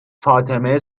فاطمه